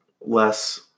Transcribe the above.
less